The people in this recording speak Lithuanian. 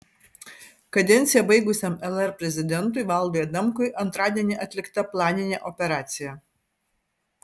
kadenciją baigusiam lr prezidentui valdui adamkui antradienį atlikta planinė operacija